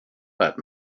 that